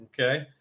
Okay